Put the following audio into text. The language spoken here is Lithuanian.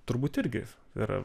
turbūt irgi yra